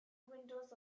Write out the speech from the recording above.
windows